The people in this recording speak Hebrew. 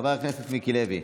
חבר הכנסת מיקי לוי,